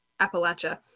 Appalachia